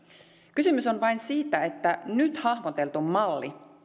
kysymys on vain siitä että nyt hahmoteltu malli